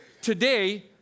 Today